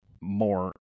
more